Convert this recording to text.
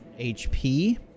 HP